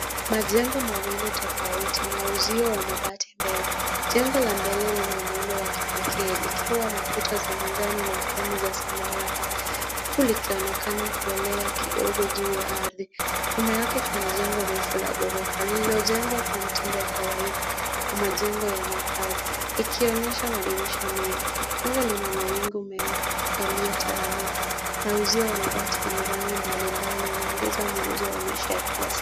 Majengo mawili tofauti na uzio wa mabati mbele. Jengo la mbele lina muundo wa kipekee likiwa na kuta za manjano na fremu za samawati huku likionekana kuelea kidogo juu ya ardhi. Nyuma yake kuna jengo refu la ghorofa, lililojengwa kwa mtindo wa kawaida wa majengo ya makaazi, likionyesha madirisha mengi. Anga lina mawingu meupe yaliyotawanyika na uzio wa mabati wenye rangi mbalimbali unaongeza mguzo wa maisha ya kila siku.